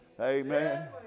Amen